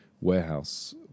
warehouse